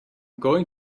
going